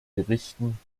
gerichten